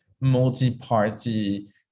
multi-party